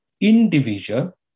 individual